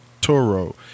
Toro